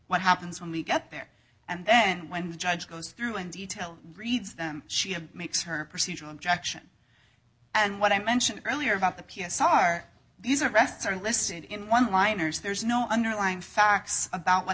what happens when we get there and then when the judge goes through in detail reads them she makes her procedural objection and what i mentioned earlier about the p s r these arrests are listed in one liners there's no underlying facts about what